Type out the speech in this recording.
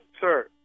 sir